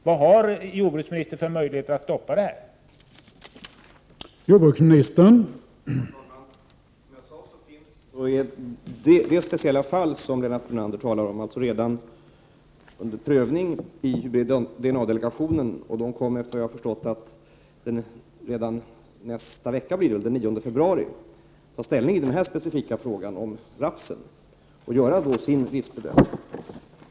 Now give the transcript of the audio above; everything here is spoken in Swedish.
Vad har jordbruksministern för möjlighet att stoppa användningen av genmanipulerat utsäde?